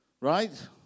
Right